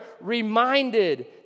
reminded